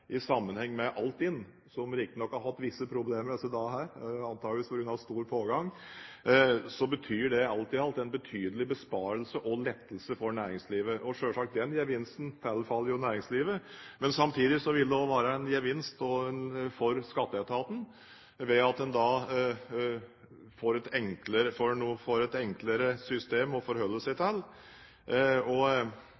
som riktignok har hatt visse problemer disse dagene antakeligvis på grunn av stor pågang, betyr det alt i alt en betydelig besparelse og lettelse for næringslivet, og den gevinsten tilfaller selvsagt næringslivet. Men samtidig vil det også være en gevinst for Skatteetaten ved at man da får et enklere